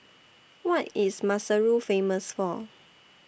What IS Maseru Famous For